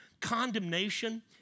condemnation